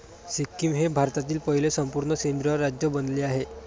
सिक्कीम हे भारतातील पहिले संपूर्ण सेंद्रिय राज्य बनले आहे